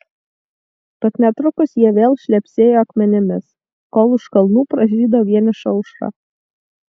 tad netrukus jie vėl šlepsėjo akmenimis kol už kalnų pražydo vieniša aušra